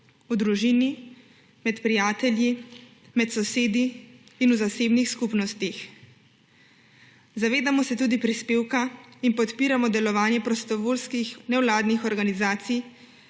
v družini, med prijatelji, med sosedi in v zasebnih skupnostih. Zavedamo se tudi prispevka in podpiramo delovanje prostovoljskih nevladnih organizacij,